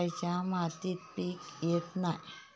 खयच्या मातीत पीक येत नाय?